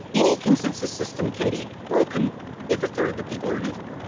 any consensus system can be broken if a third of the people are evil.